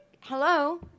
Hello